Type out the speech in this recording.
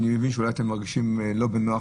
ואני מבין שאולי אתם מרגישים לא בנוח